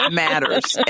matters